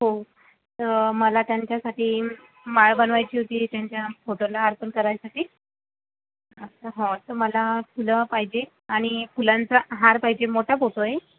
हो तर मला त्यांच्यासाठी माळ बनवायची होती त्यांच्या फोटोला अर्पण करायसाठी हो त मला फुल पाहिजे आणि फुलांचा हार पाहिजे मोठा फोटो आहे